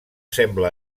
sembla